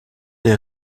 des